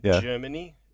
Germany